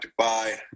Dubai